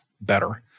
better